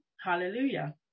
Hallelujah